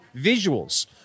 visuals